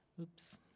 Oops